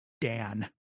dan